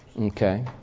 Okay